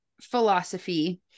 philosophy